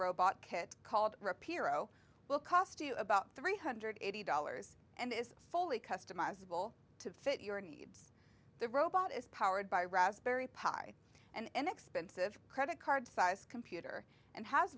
robot kits called rapira zero will cost you about three hundred eighty dollars and is fully customizable to fit your needs the robot is powered by raspberry pi an inexpensive credit card size computer and has